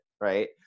right